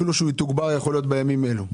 אפילו שהוא יתוגבר יכול להיות בימים אלו.